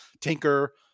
Tinker